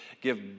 give